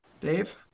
Dave